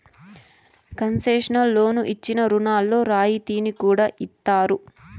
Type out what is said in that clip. concessional లోన్లు ఇచ్చిన రుణాల్లో రాయితీని కూడా ఇత్తారు